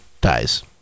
dies